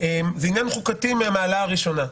זה עניין חוקתי ממדרגה ראשונה.